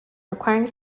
requiring